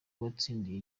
watsindiye